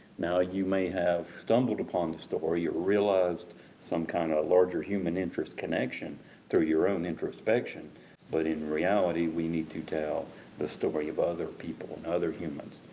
now you may have stumbled upon the story or realized some kind of larger human-interest connection through your own introspection but in reality, we need to tell the story of other people and other humans.